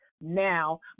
now